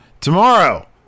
Tomorrow